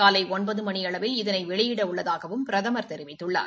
காலை ஒன்பது மணி அளவில் இதனை வெளியிட உள்ளதாகவும் பிரதமர் தெரிவித்துள்ளார்